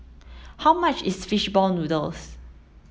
how much is fish ball noodles